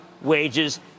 wages